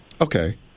Okay